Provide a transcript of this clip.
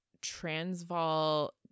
Transvaal